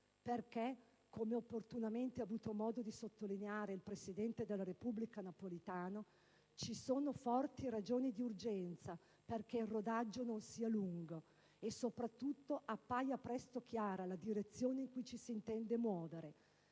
Infatti, come ha opportunamente sottolineato il presidente della Repubblica Napolitano, «ci sono forti ragioni di urgenza perché il rodaggio non sia lungo e, soprattutto, appaia presto chiara la direzione in cui ci si intende muovere.